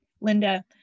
Linda